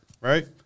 right